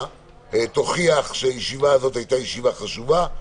תוכיח שהישיבה הזאת הייתה ישיבה חשובה,